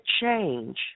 change